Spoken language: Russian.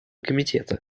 комитета